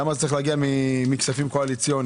למה זה צריך להגיע מכספים קואליציוניים?